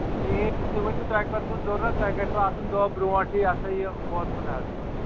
کِہیٖنۍ تُہۍ ؤنِو مےٚ تۄہہِ کَر چھُ ضروٗرت تۄہہِ گژھوُ آسُن دۄہ برونٛٹھ یہِ ہَسا یہِ ووتموُت حظ